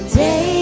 day